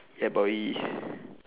yeah boy